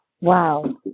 Wow